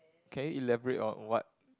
can you elaborate on what